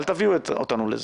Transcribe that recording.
אל תביאו אותנו לזה.